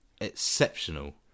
exceptional